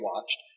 watched